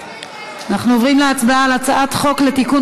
אנחנו עוברים להצבעה על הצעת חוק לתיקון